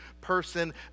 person